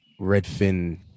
Redfin